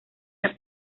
una